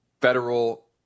federal